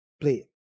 Play